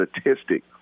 statistic